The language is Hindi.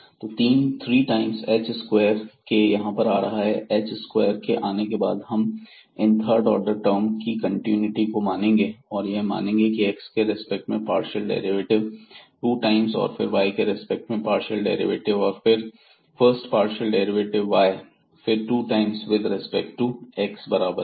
तो 3 टाइम्स h स्क्वेयर k यहां पर आ रहा है और h स्क्वायर के आने के बाद हम इन थर्ड ऑर्डर डेरिवेटिव की कंटीन्यूटी को मानेंगे और यह मानेंगे की x के रेस्पेक्ट में पार्शियल डेरिवेटिव 2 टाइम्स और फिर y के रेस्पेक्ट में पार्शियल डेरिवेटिव और फिर फर्स्ट पार्शियल डेरिवेटिव y फ़िर two times with respect to x बराबर हैं